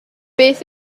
beth